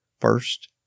First